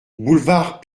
boulevard